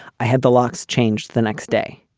i had the locks changed the next day.